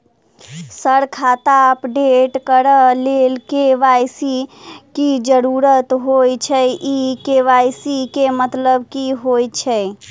Sir खाता update करऽ लेल के.वाई.सी की जरुरत होइ छैय इ के.वाई.सी केँ मतलब की होइ छैय?